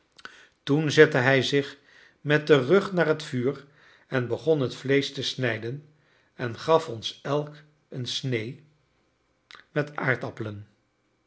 toen zette hij zich met den rug naar t vuur en begon het vleesch te snijden en gaf ons elk een snee met aardappelen